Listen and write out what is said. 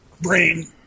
brain